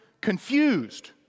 confused